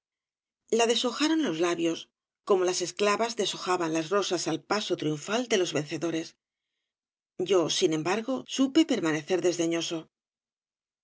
la deshojaron los labios como las obras de valle inclan esclavas deshojaban las rosas al paso triunfal de los vencedores yo sin embargo supe permanecer